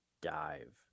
dive